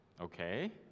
Okay